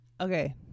Okay